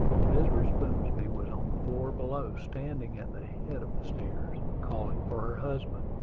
mrs. boomsby was on the floor below, standing at the head of the stairs, calling for her husband.